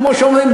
כמו שאומרים,